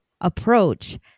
approach